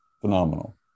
Phenomenal